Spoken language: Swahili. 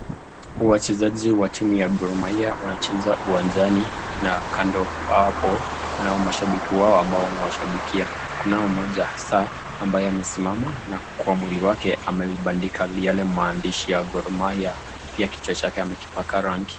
Wachezaji wa timu ya gormahia wanacheza uwanjani na kando apo kuna mashabiki wao ambao wanawashabikia, kunao mmoja hasa ambaye amesimama na kwa mwili wake amelibanika yale maandishi ya gormahia pia kichwa chake amekipaka rangi.